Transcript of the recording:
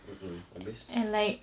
mm mm habis